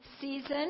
season